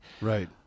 Right